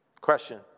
Question